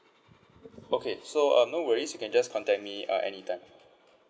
okay so um no worries you can just contact me uh anytime